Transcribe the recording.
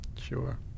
Sure